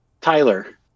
Tyler